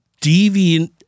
deviant –